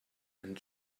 and